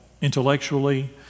Intellectually